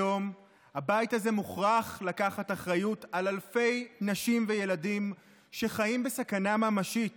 היום הבית הזה מוכרח לקחת אחריות על אלפי נשים וילדים שחיים בסכנה ממשית